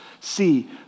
see